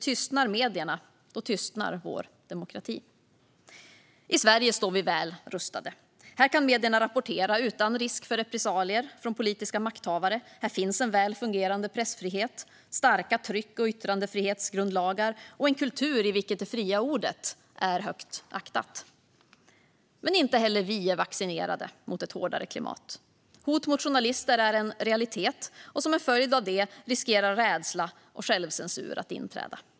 Tystnar medierna tystnar vår demokrati. I Sverige står vi väl rustade. Här kan medierna rapportera utan risk för repressalier från politiska makthavare. Här finns en väl fungerande pressfrihet, starka tryck och yttrandefrihetsgrundlagar och en kultur i vilket det fria ordet är högt aktat. Men inte heller vi är vaccinerade mot ett hårdare klimat. Hot mot journalister är en realitet. Som en följd av det riskerar rädsla och självcensur att inträda.